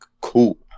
cool